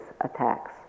attacks